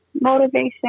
motivation